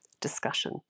discussion